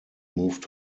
moved